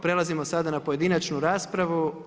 Prelazimo sada na pojedinačnu raspravu.